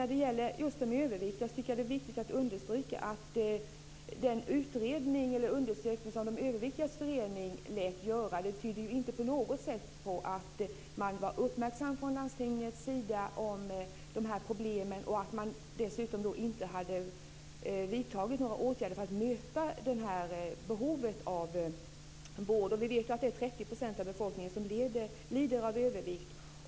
När det gäller de överviktiga tycker jag att det är viktigt att understryka att den undersökning som de överviktigas förening har låtit göra inte på något sätt tyder på att landstingen varit uppmärksamma på problemen. Dessutom hade inga åtgärder vidtagits för att möta behovet av vård. Vi vet ju att 30 % av befolkningen lider av övervikt.